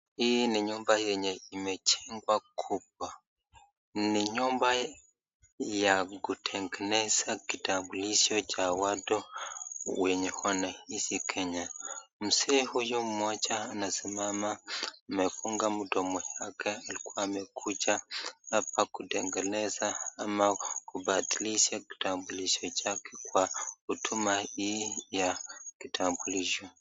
Hii ni nyumba yenye imejengwa kubwa. Ni nyumba ya kutengeneza kitambulisho cha watu wenye wanaishi kenya. Mzee huyo mmoja anasimama amefunga mdomo yake alikuwa amekuja hapa kutengeneza ama kubadilisha kitambulisho chake kwa huduma hii ya kitambulisho.